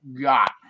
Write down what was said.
got